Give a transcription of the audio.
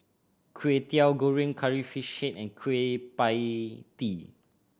Kwetiau Goreng Curry Fish Head and Kueh Pie Tee